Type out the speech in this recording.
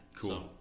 cool